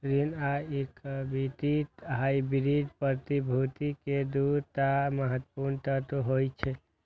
ऋण आ equity hybrid प्रतिभूति के दू टा महत्वपूर्ण तत्व होइ छै